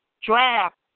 draft